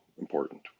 important